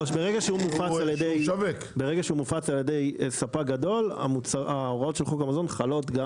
ברגע שהוא מופץ על ידי ספק גדול ההוראות של חוק המזון חלות גם.